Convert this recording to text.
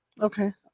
Okay